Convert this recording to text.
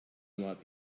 might